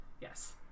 yes